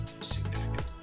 significant